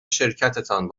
شرکتتان